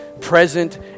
present